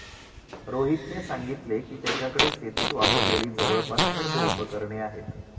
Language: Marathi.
रोहितने सांगितले की, त्याच्याकडे शेतीत वापरलेली जवळपास सर्व उपकरणे आहेत